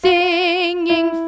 Singing